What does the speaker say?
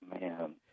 Man